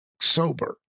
sober